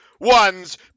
One's